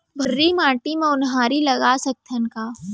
भर्री माटी म उनहारी लगा सकथन का?